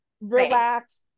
relax